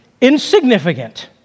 insignificant